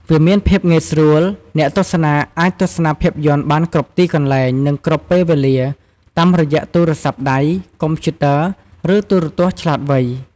វាមានភាពងាយស្រួល អ្នកទស្សនាអាចទស្សនាភាពយន្តបានគ្រប់ទីកន្លែង និងគ្រប់ពេលវេលា តាមរយៈទូរស័ព្ទដៃ កុំព្យូទ័រ ឬទូរទស្សន៍ឆ្លាតវៃ។